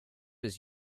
was